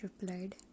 replied